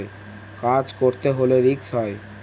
কাজ করতে হলে রিস্ক হয়